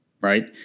right